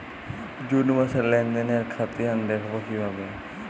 June মাসের লেনদেনের খতিয়ান দেখবো কিভাবে?